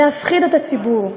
להפחיד את הציבור.